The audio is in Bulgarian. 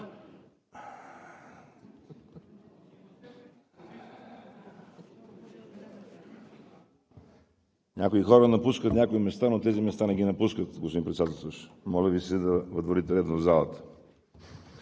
Някои хора напускат някои места, но тези места не ги напускат, господин Председателстващ. Моля Ви се да въдворите ред в залата!